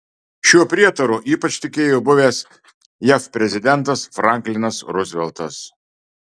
šiuo prietaru ypač tikėjo buvęs jav prezidentas franklinas ruzveltas